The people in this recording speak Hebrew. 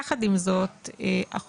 יחד עם זאת החוק